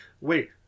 wait